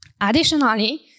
Additionally